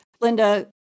Linda